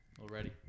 already